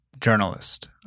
journalist